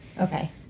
okay